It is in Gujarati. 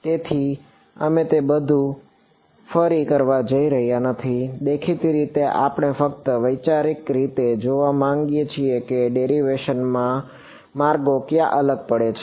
તેથી અમે તે બધું ફરી કરવા જઈ રહ્યા નથી દેખીતી રીતે આપણે ફક્ત વૈચારિક રીતે જોવા માંગીએ છીએ કે ડેરિવેશન માં માર્ગો ક્યાં અલગ પડે છે